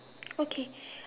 okay